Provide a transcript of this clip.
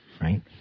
right